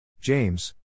James